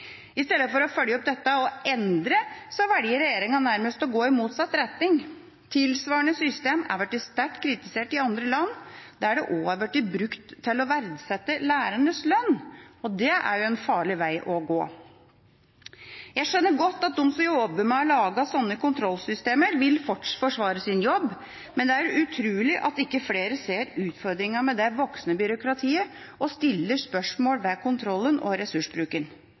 I stedet for å følge opp dette og endre velger regjeringa nærmest å gå i motsatt retning. Tilsvarende system er blitt sterkt kritisert i andre land, der det også er blitt brukt til å verdsette lærernes lønn. Det er en farlig vei å gå. Jeg skjønner godt at de som jobber med å lage slike kontrollsystemer, vil forsvare sin jobb, men det er utrolig at ikke flere ser utfordringene med det voksende byråkratiet, og stiller spørsmål ved kontrollen og ressursbruken.